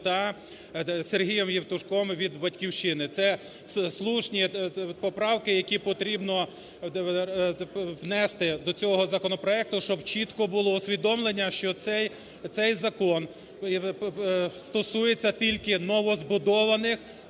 та Сергієм Євтушком від "Батьківщини". Це слушні поправки, які потрібно внести до цього законопроекту, щоб чітке було усвідомлення, що цей закон стосується тільки новозбудованих